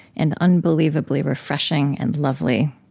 and unbelievably refreshing, and lovely.